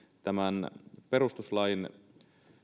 tämän perustuslain